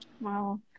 Wow